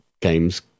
games